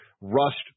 rushed